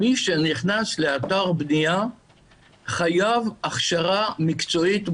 מי שנכנס לאתר בנייה חייב הכשרה מקצועית מתאימה.